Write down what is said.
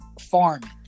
Farming